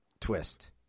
twist